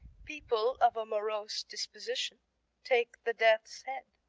people of a morose disposition take the death's head.